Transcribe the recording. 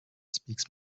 speaks